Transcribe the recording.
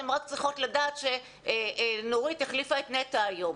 הם רק צריכים לדעת שנורית החליפה את נטע היום